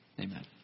Amen